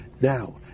now